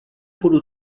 budu